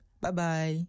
Bye-bye